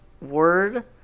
word